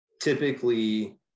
typically